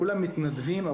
כולם מתנדבים,